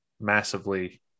massively